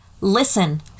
Listen